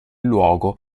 luogo